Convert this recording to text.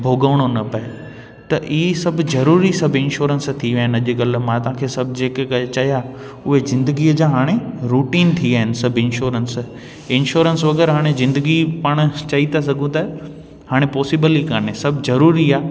भुगाइणो न पए त इहे सभु ज़रूरी सभु इंश्योरेंस थी विया आहिनि अॼुकल्ह मां तव्हांखे सभु जेके चया उहे ज़िंदगीअ जा हाणे रुटीन थी विया आहिनि सभु इंश्योरेंस इंश्योरेंस वग़ैरह हाणे जिंदगी पाण चई त सघूं था हाणे पोसिबल ई कोन्हे सभु ज़रूरी आहे